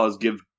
give